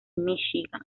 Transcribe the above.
michigan